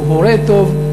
הוא הורה טוב,